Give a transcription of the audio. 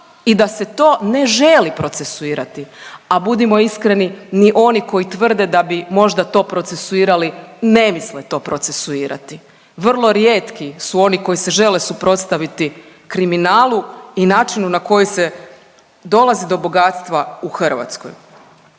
i da se to ne želi procesuirati, a budimo iskreni ni oni koji tvrde da bi možda to procesuirali ne misle to procesuirati. Vrlo rijetki su oni koji se žele suprotstaviti kriminalu i načinu na koji se dolazi do bogatstva u Hrvatskoj.